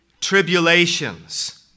tribulations